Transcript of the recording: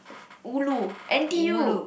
ulu n_t_u